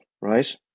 right